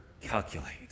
calculate